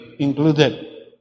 included